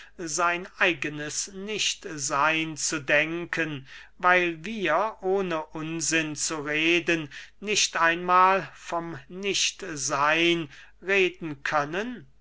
sein eigenes nichtseyn zu denken weil wir ohne unsinn zu reden nicht einmahl vom nichtseyn reden können